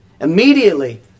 Immediately